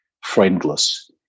friendless